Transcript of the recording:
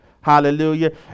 hallelujah